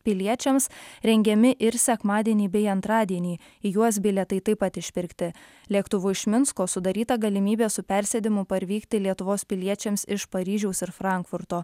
piliečiams rengiami ir sekmadienį bei antradienį į juos bilietai taip pat išpirkti lėktuvu iš minsko sudaryta galimybė su persėdimu parvykti lietuvos piliečiams iš paryžiaus ir frankfurto